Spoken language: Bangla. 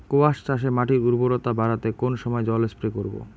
কোয়াস চাষে মাটির উর্বরতা বাড়াতে কোন সময় জল স্প্রে করব?